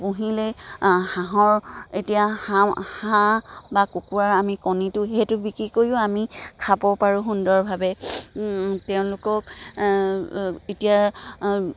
পুহিলে হাঁহৰ এতিয়া হাঁহ হাঁহ বা কুকুৰা আমি কণীটো সেইটো বিক্ৰী কৰিও আমি খাব পাৰোঁ সুন্দৰভাৱে তেওঁলোকক এতিয়া